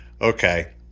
Okay